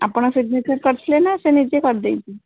ଆପଣ ସିଗନେଚର୍ କରିଥିଲେ ନା ସେ ନିଜେ କରିଦେଇଛି